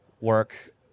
work